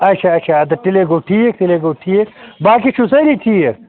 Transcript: آچھا آچھا اَدٕ تیٚلے گوٚو ٹھیٖک تیٚلے گوٚو ٹھیٖک باقی چھُو سٲری ٹھیٖک